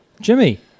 Jimmy